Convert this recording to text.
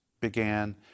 began